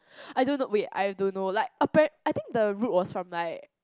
I don't know wait I don't know like apparent I think the route was from like